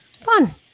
fun